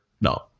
No